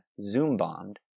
Zoom-bombed